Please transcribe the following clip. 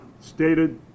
stated